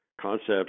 concepts